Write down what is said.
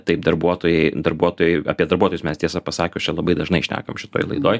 taip darbuotojai darbuotojai apie darbuotojus mes tiesą pasakius čia labai dažnai šnekam šitoj laidoj